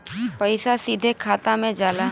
पइसा सीधे खाता में जाला